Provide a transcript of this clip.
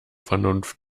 vernunft